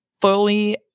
fully